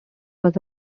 was